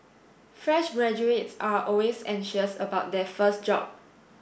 fresh graduates are always anxious about their first job